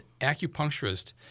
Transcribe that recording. acupuncturist